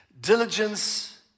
Diligence